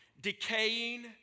Decaying